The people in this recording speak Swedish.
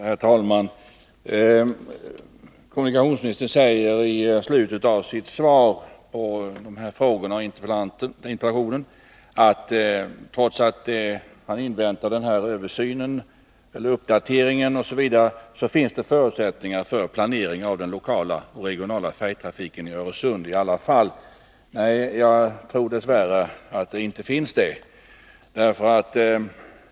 Herr talman! Kommunikationsministern säger i slutet av sitt svar att det, trots att han inväntar en uppdatering av beslutsunderlaget, finns förutsättningar för planering av den lokala och regionala färjetrafiken i Öresund. Nej, jag tror dess värre att det inte finns det.